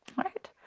right.